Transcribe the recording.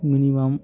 minimum